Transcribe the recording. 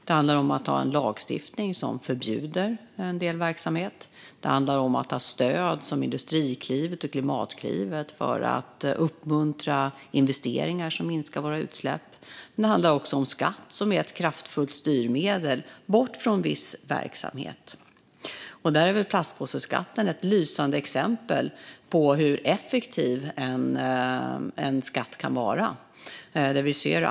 Det handlar om att ha en lagstiftning som förbjuder en del verksamhet. Det handlar om att ha stöd som Industriklivet och Klimatklivet för att uppmuntra investeringar som minskar våra utsläpp. Det handlar också om skatt, som är ett kraftfullt styrmedel bort från viss verksamhet. Plastpåseskatten är ett lysande exempel på hur effektiv en skatt kan vara.